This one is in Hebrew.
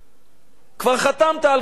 כבר חתמת על כל מיני ניירות